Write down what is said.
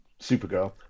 Supergirl